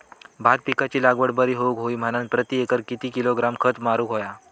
भात पिकाची लागवड बरी होऊक होई म्हणान प्रति एकर किती किलोग्रॅम खत मारुक होया?